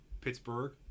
Pittsburgh